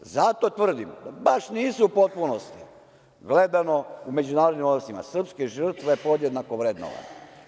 Zato tvrdim da baš nisu u potpunosti, gledano u međunarodnim odnosima, srpske žrtve podjednako vrednovane.